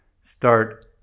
start